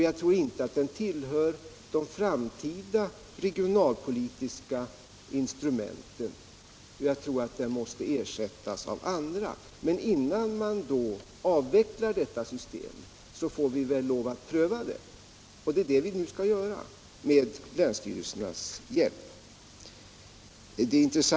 Jag tror inte att den tillhör de framtida regionalpolitiska instrumenten utan att den måste ersättas av andra. Men innan vi avvecklar detta system får vi väl lov att pröva det — det är det vi skall göra med länsstyrelsernas hjälp.